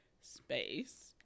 space